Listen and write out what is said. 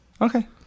okay